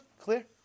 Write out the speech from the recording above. Clear